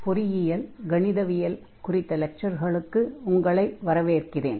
பொறியியல் கணிதவியல் 1 குறித்த லெக்சர்களுக்கு உங்களை வரவேற்கிறேன்